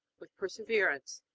with perseverance.